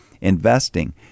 investing